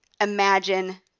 imagine